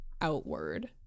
outward